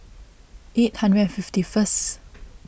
eight hundred and fifty first